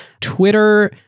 Twitter